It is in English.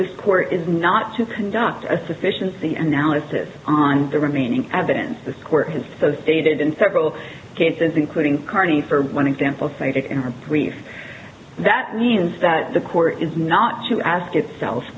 this court is not to conduct a sufficiency analysis on the remaining evidence the score is so stated in several cases including carney for one example cited in her brief that means that the court is not to ask itself